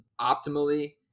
optimally